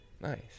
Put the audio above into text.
Nice